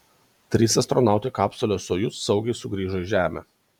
trys astronautai kapsule sojuz saugiai sugrįžo į žemę